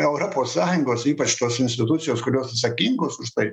europos sąjungos ypač tos institucijos kurios atsakingos už tai